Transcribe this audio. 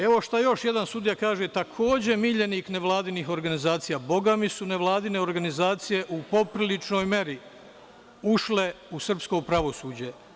Evo, šta još jedan sudija kaže, takođe miljenik nevladinih organizacija bogami su nevladine organizacije u popriličnoj meri ušle u srpsko pravosuđe.